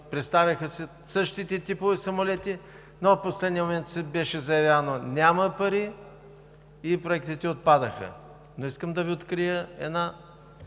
представиха се същите типове самолети, но в последния момент беше заявено: „Няма пари“, и проектите отпадаха. Искам да Ви открия една